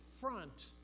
front